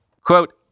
Quote